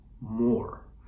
more